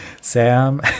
Sam